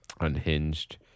Unhinged